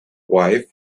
wife